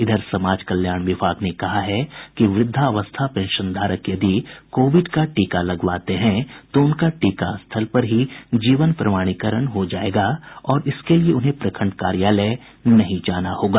इधर समाज कल्याण विभाग ने कहा है कि वृद्धावस्था पेंशनधारक यदि कोविड का टीका लगवाते हैं तो उनका टीका स्थल पर ही जीवन प्रमाणीकरण हो जायेगा और इसके लिये उन्हें प्रखंड कार्यालय नहीं जाना होगा